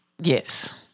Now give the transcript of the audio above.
Yes